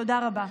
תודה רבה.